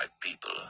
people